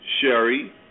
Sherry